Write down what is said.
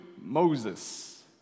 Moses